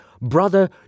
brother